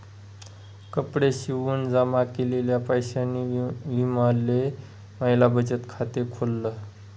कपडे शिवून जमा केलेल्या पैशांनी विमलने महिला बचत खाते खोल्ल